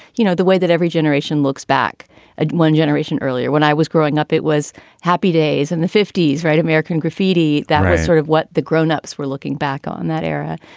you know, the way that every generation looks back at one generation earlier when i was growing up, it was happy days in the fifty s. right. american graffiti. that was sort of what the grown-ups were looking back on that era.